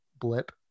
Blip